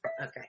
Okay